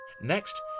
Next